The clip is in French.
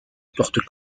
porte